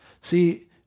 See